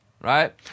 right